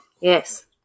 Yes